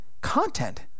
content